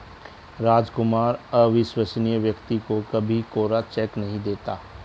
रामकुमार अविश्वसनीय व्यक्ति को कभी भी कोरा चेक नहीं देता